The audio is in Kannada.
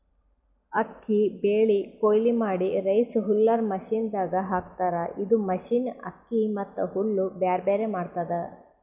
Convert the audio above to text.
ಅಕ್ಕಿ ಬೆಳಿ ಕೊಯ್ಲಿ ಮಾಡಿ ರೈಸ್ ಹುಲ್ಲರ್ ಮಷಿನದಾಗ್ ಹಾಕ್ತಾರ್ ಇದು ಮಷಿನ್ ಅಕ್ಕಿ ಮತ್ತ್ ಹುಲ್ಲ್ ಬ್ಯಾರ್ಬ್ಯಾರೆ ಮಾಡ್ತದ್